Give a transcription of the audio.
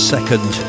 Second